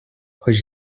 хоч